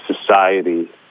society